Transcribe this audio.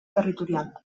territorial